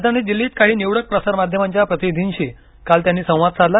राजधानी दिल्लीत काही निवडक प्रसारमाध्यमांच्या प्रतिनिधींशी काल त्यांनी संवाद साधला